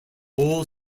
all